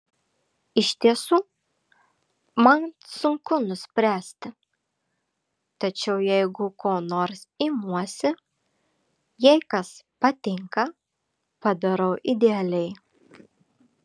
iš tiesų man sunku nuspręsti tačiau jeigu ko nors imuosi jei kas patinka padarau idealiai